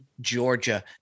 Georgia